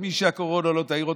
ומי שהקורונה לא תעיר אותו,